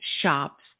shops